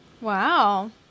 Wow